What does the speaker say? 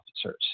officers